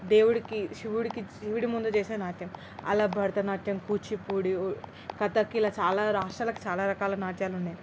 దేవుడికి శివుడికి శివుడు ముందు చేసే నాట్యం అలా భరతనాట్యం కూచిపూడి కథక్ ఇలా చాలా రాష్ట్రాలకి చాలా రకాల నాట్యాలు ఉన్నాయి